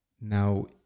Now